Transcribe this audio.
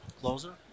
Closer